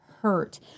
hurt